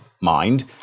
mind